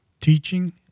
teaching